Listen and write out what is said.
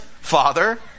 father